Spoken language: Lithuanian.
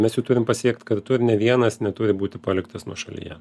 mes jų turim pasiekt kartu ir nei vienas neturi būti paliktas nuošalyje